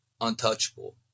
untouchable